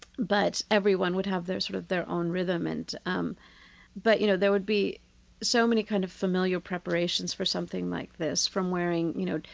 but everyone would have sort of their own rhythm, and um but, you know, there would be so many kind of familiar preparations for something like this, from wearing, you know,